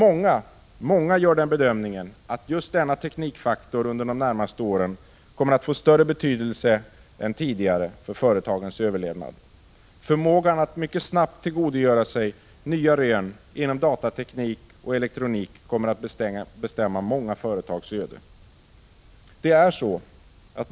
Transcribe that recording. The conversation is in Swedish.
Men många gör den bedömningen att just denna teknikfaktor under de närmaste åren kommer att få större betydelse än den tidigare haft för företagens överlevnad. Förmågan att mycket snabbt tillgodogöra sig nya rön inom datateknik och elektronik kommer att bestämma många företags öde.